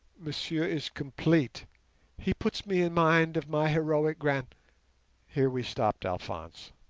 monsieur is complete he puts me in mind of my heroic grand here we stopped alphonse.